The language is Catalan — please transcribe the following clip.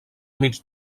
mig